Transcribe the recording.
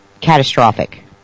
Catastrophic